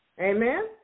Amen